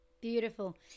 Beautiful